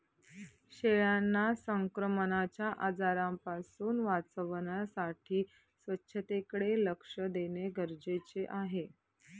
शेळ्यांना संक्रमणाच्या आजारांपासून वाचवण्यासाठी स्वच्छतेकडे लक्ष देणे गरजेचे आहे